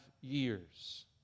years